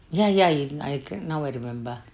ya ya ya I can now I remember